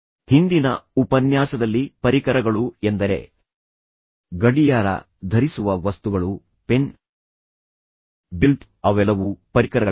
ಹಿಂದಿನ ಉಪನ್ಯಾಸದಲ್ಲಿ ಪರಿಕರಗಳು ಎಂದರೆ ಗಡಿಯಾರ ಧರಿಸುವ ವಸ್ತುಗಳು ಪೆನ್ ಬೆಲ್ಟ್ ಅವೆಲ್ಲವೂ ಪರಿಕರಗಳಾಗಿವೆ